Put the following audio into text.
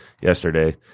yesterday